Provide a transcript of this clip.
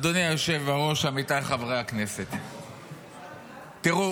אדוני היושב-ראש, עמיתיי חברי הכנסת, תראו,